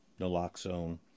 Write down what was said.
naloxone